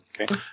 Okay